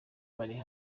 bari